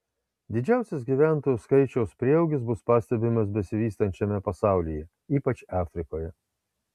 didžiausias gyventojų skaičiaus prieaugis bus pastebimas besivystančiame pasaulyje ypač afrikoje